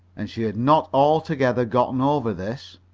and she had not altogether gotten over this.